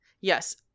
Yes